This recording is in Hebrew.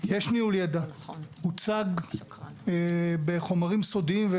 יש ניהול ידע, זה הוצג בחומרים סודיים.